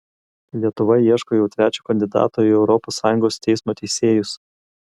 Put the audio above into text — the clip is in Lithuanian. lietuva ieško jau trečio kandidato į europos sąjungos teismo teisėjus